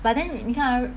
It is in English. but then 你看 ah